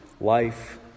life